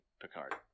Picard